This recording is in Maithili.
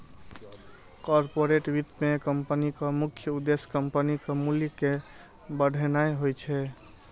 कॉरपोरेट वित्त मे कंपनीक मुख्य उद्देश्य कंपनीक मूल्य कें बढ़ेनाय होइ छै